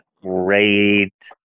Great